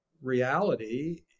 reality